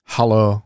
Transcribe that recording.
Hello